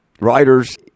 writers